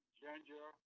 ginger